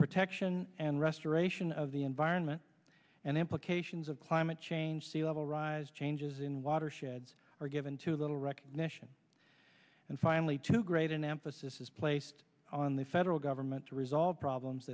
protection and restoration of the environment and implications of climate change sea level rise changes in watersheds are given to little recognition and finally too great an emphasis is placed on the federal government to resolve problems